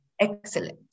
excellent